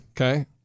Okay